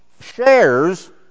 shares